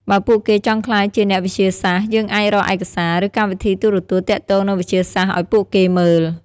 បើពួកគេចង់ក្លាយជាអ្នកវិទ្យាសាស្ត្រ យើងអាចរកឯកសារ ឬកម្មវិធីទូរទស្សន៍ទាក់ទងនឹងវិទ្យាសាស្ត្រឲ្យពួកគេមើល។